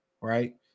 right